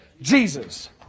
Jesus